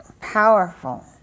powerful